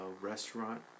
restaurant